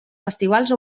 festivals